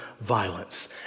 violence